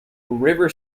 river